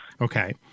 Okay